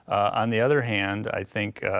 on the other hand, i think,